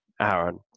Aaron